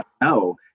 no